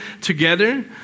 together